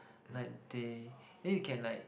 like they then you can like